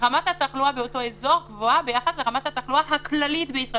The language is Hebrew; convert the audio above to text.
"רמת התחלואה באותו אזור גבוהה ביחס לרמת התחלואה הכללית בישראל",